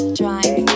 drive